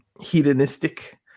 hedonistic